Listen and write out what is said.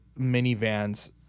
minivans